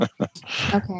Okay